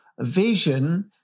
vision